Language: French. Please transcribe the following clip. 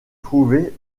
trouvait